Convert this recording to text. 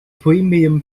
premium